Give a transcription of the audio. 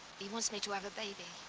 he wants me to have a baby.